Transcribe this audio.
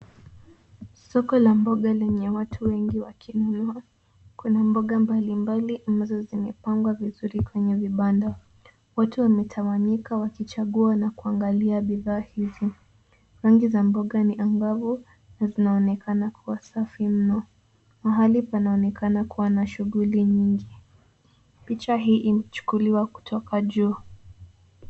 Soko la mboga lenye watu wengi wakinunua. Kuna mboga mbalimbali ambazo zimepangwa vizuri kwenye vibanda. Watu wametawanyika wakuchagua na wakiangalia bidhaa hizi. Rangi za mboga ni angavu na zinaonekana kuwa safi mno. Mahali panaonekana kuwa na shughuli nyingi. Picha hii imechukuliwa kutoka juu.